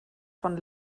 von